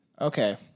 Okay